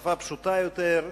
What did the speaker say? ובשפה פשוטה יותר,